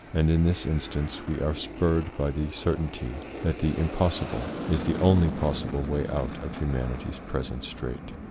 and in this instance we are spurred by the certainty that the im possible is the only possible way out of humanity's present strait.